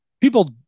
people